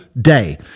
day